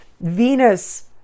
Venus